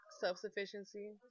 Self-sufficiency